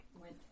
went